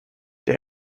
der